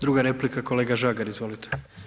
Druga replika, kolega Žagar, izvolite.